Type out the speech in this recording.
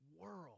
world